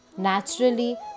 naturally